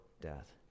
death